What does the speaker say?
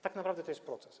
Tak naprawdę to jest proces.